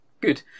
Good